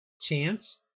Chance